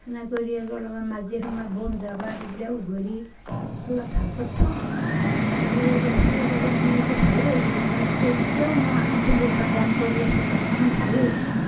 সেনে কৰি আৰু অলপমান মাজে সময়ে বন জাবৰ সেইগিলাক উঘালি অলপ ভাল কৰি থওঁ চাব গেলি ফুলৰ বাগানখান এতিয়া ভালেই হৈছে এতিয়া আমাৰ এতিয়াও মই এখন ফুলৰ বাগান কৰি আছোঁ বাগানখন ভালেই হৈছি